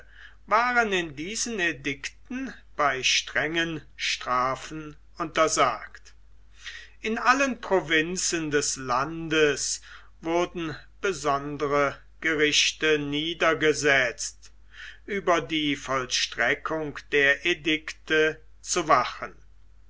waren in diesen edikten bei strengen strafen untersagt in allen provinzen des landes wurden besondere gerichte niedergesetzt über die vollstreckung der edikte zu wachen